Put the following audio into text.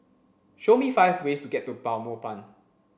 show me five ways to get to Belmopan